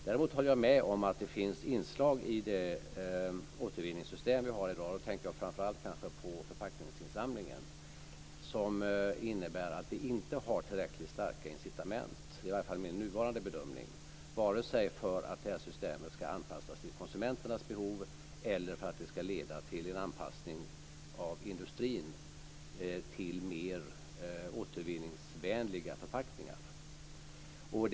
Däremot håller jag med om att det finns inslag i det återvinningssystem vi har i dag - jag tänker då framför allt på förpackningsinsamlingen - som innebär att vi inte har tillräckligt starka incitament vare sig för att systemet ska anpassas till konsumenternas behov eller för att det ska leda till en anpassning av industrin till mer återvinningsvänliga förpackningar. Det är i alla fall min bedömning nu.